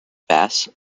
bass